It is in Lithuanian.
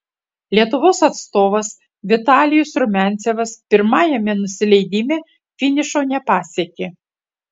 lietuvos atstovas vitalijus rumiancevas pirmajame nusileidime finišo nepasiekė